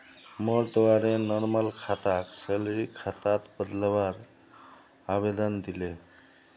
मोर द्वारे नॉर्मल खाताक सैलरी खातात बदलवार आवेदन दिले